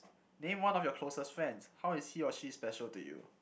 name one of your closest friends how is he or she special to you